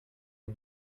une